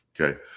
Okay